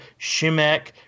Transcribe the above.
Shimek